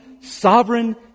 sovereign